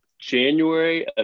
January